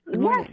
Yes